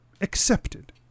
accepted